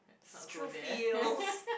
true feels